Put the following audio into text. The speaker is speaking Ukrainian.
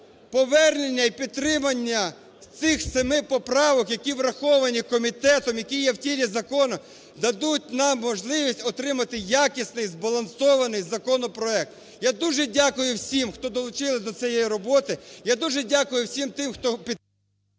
Повернення і підтримання цих семи поправок, які враховані комітетом, які є в тілі закону, дадуть нам можливість отримати якісний, збалансований законопроект. Я дуже дякую всім, хто долучилися до цієї роботи. Я дуже дякую всім тим, хто…